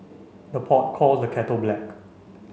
the pot calls the kettle black